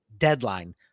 deadline